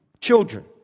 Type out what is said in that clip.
Children